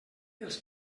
els